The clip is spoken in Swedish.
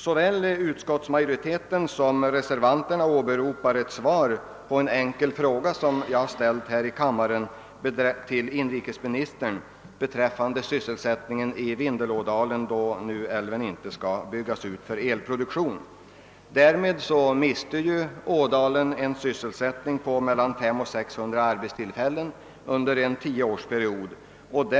Såväl utskottsmajoriteten som resecrvanterna åberopar svaret på en enkel fråga som jag ställde till inrikesministern beträffande sysselsättningen i Vindelådalen, då älven inte skall byggas ut för elproduktion. Genom att älven inte byggs ut mister ju Vindelådalen en sysselsättning på mellan: 500 och 600 arbetstillfällen under en tioårsperiod och